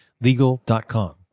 legal.com